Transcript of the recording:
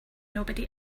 nobody